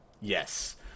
Yes